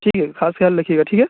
ٹھیک ہے خاص خیال رکھیے گا ٹھیک ہے